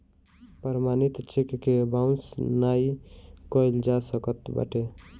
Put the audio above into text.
प्रमाणित चेक के बाउंस नाइ कइल जा सकत बाटे